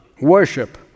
worship